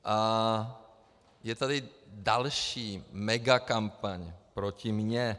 A je tady další megakampaň proti mně.